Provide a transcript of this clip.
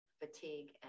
fatigue